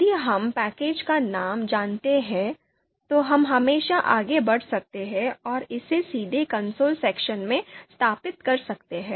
यदि हम पैकेज का नाम जानते हैं तो हम हमेशा आगे बढ़ सकते हैं और इसे सीधे कंसोल सेक्शन में स्थापित कर सकते हैं